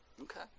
Okay